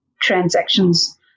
transactions